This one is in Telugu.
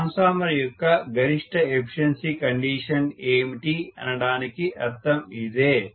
ట్రాన్స్ఫార్మర్ యొక్క గరిష్ట ఎఫిషియన్సి కండిషన్ ఏమిటి అనడానికి అర్థం ఇదే